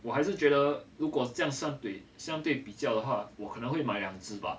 我还是觉得如果这样相对相对比较的话我可能会买两支吧